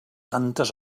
tantes